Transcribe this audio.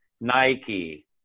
Nike